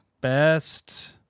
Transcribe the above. Best